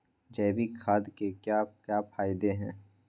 जैविक खाद के क्या क्या फायदे हैं?